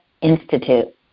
Institute